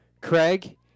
Craig